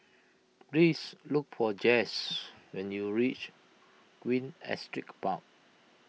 please look for Jess when you reach Queen Astrid Park